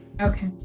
Okay